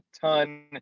ton